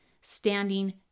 standing